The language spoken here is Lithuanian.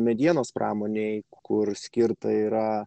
medienos pramonei kuri skirta yra